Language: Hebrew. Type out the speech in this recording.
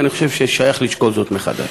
אני חושב שיש לשקול זאת מחדש.